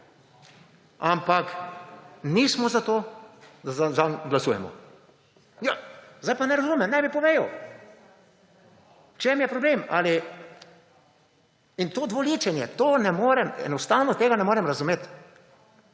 ampak nismo za to, da zanj glasujemo. Ja, zdaj pa ne razumem, naj mi povedo v čem je problem. Ali, in to dvoličen je, to ne morem enostavno tega ne morem razumeti.